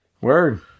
word